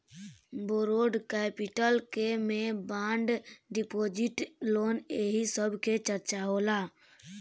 borrowed capital के में bond deposit loan एही सब के चर्चा होला